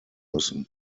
müssen